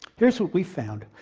here's what we found.